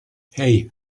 hey